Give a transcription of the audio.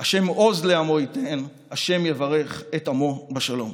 "ה' עֹז לעמו יִתן, ה' יברך את עמו בשלום".